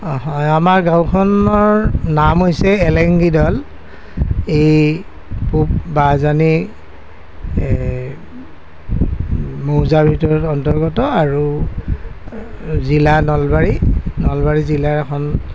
হয় আমাৰ গাঁওখনৰ নাম হৈছে এলেংগিদল এই পূব বাহজানী এই মৌজাৰ ভিতৰত অন্তৰ্গত আৰু জিলা নলবাৰী নলবাৰী জিলাৰ এখন